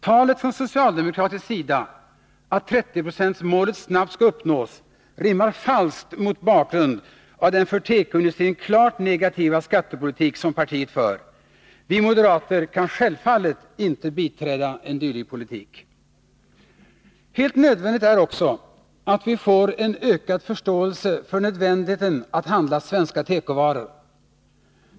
Talet från socialdemokratisk sida att 30-procentsmålet snabbt skall uppnås rimmar falskt mot bakgrund av den för tekoindustrin klart negativa skattepolitik som partiet för. Vi moderater kan självfallet inte biträda en dylik politik. Helt nödvändigt är också att vi får en ökad förståelse för att man måste köpa svenska tekovaror.